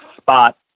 spot